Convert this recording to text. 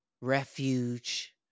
refuge